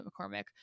McCormick